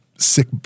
Sick